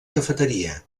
cafeteria